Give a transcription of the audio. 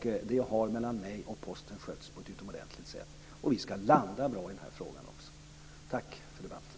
Det har mellan mig och Posten skötts på ett utomordentligt sätt och vi ska landa bra i den här frågan också. Tack för debatten!